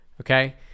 okay